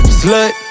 slut